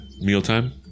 mealtime